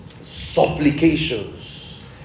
supplications